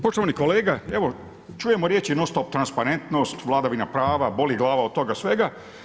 Poštovani kolega, evo čujemo riječi non-stop transparentnost, vladavina prava, boli glava od toga svega.